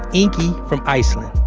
inki, from iceland.